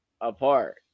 apart